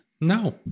No